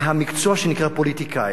מהמקצוע שנקרא פוליטיקאי?